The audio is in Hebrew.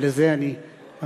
ולזה אני מגיע,